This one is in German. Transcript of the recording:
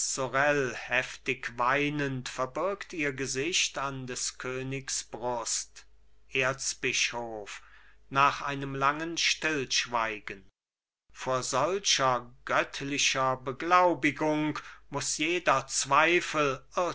sorel heftig weinend verbirgt ihr gesicht an des königs brust erzbischof nach einem langen stillschweigen vor solcher göttlicher beglaubigung muß jeder zweifel